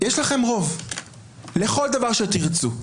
יש לכם רוב לכל דבר שתרצו.